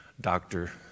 Doctor